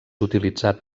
utilitzat